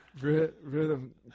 rhythm